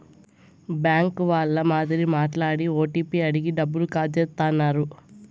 bank వాళ్ళ మాదిరి మాట్లాడి ఓటీపీ అడిగి డబ్బులు కాజేత్తన్నారు